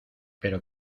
pero